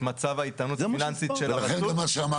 את מצב האיתנות הפיננסית של הרשות ואז --- ולכן זה מה שאמר